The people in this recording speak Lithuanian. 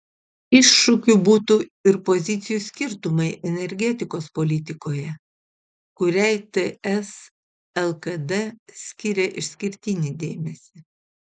iššūkiu būtų ir pozicijų skirtumai energetikos politikoje kuriai ts lkd skiria išskirtinį dėmesį